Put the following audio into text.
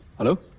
hello.